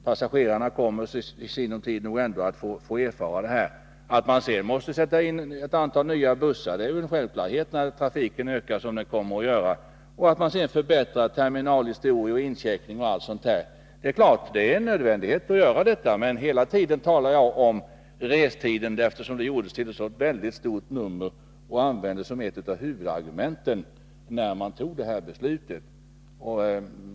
Passagerarna kommer i sinom tid ändå att få erfara detta. Sedan är det självklart att man måste sätta in ett antal nya bussar, när trafiken ökar på det sätt den kommer att göra. Det är också nödvändigt att förbättra terminaler, incheckning osv. Men jag talar hela tiden om restiden, eftersom det gjordes ett mycket stort nummer av den — det användes som ett av huvudargumenten när beslutet fattades.